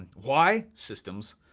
why? systems.